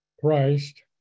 Christ